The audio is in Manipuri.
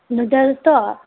ꯅꯨꯗꯜꯁꯇꯣ